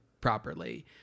properly